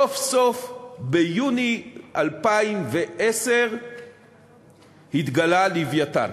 סוף-סוף ביוני 2010 התגלה "לווייתן".